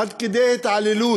עד כדי התעללות,